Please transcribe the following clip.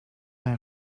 our